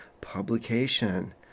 publication